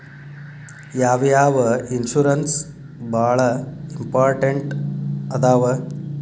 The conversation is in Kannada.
ಯಾವ್ಯಾವ ಇನ್ಶೂರೆನ್ಸ್ ಬಾಳ ಇಂಪಾರ್ಟೆಂಟ್ ಅದಾವ?